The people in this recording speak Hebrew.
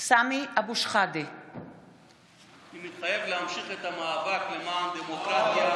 סמי אבו שחאדה אני מתחייב להמשיך את המאבק למען דמוקרטיה,